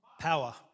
Power